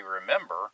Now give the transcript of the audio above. remember